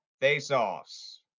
face-offs